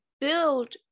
build